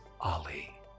ali